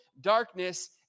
darkness